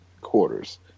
quarters